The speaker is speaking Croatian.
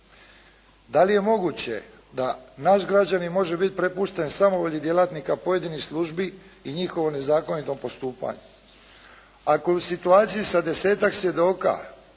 Da li je moguće da naš građanin može biti prepušten samovolji djelatnika pojedinih službi i njihovom nezakonitom postupanju. Ako je u situaciji sa desetak svjedoka